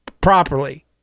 properly